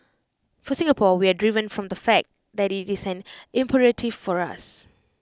for Singapore we are driven from the fact that IT is an imperative for us